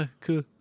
cool